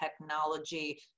technology